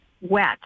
wet